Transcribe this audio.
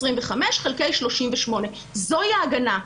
25 חלקי 38. זוהי ההגנה.